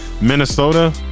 Minnesota